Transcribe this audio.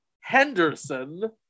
Henderson